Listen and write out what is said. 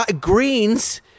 greens